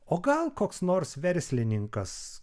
o gal koks nors verslininkas